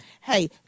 hey